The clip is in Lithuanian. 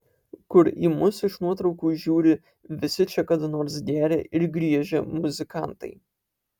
kur į mus iš nuotraukų žiūri visi čia kada nors gėrę ir griežę muzikantai